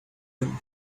him